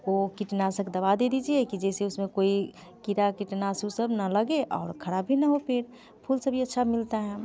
वो कीटनाशक दवा दे दीजिए कि जैसे उस में कोई कीड़ा कीटनाशु सब ना लगे और ख़राब भी ना हो पेड़ फूल सभी अच्छा मिलते हैं